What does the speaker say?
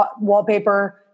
wallpaper